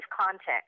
context